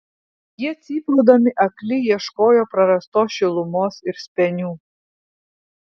jie cypaudami akli ieškojo prarastos šilumos ir spenių